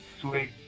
Sweet